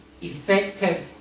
effective